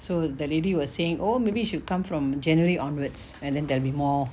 so the lady was saying oh maybe you should come from january onwards and then there will more